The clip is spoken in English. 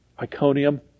Iconium